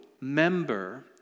member